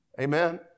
Amen